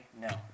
no